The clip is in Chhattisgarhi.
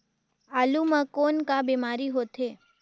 आलू म कौन का बीमारी होथे?